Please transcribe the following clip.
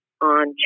on